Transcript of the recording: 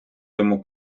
йому